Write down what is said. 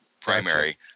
primary